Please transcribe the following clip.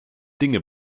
dinge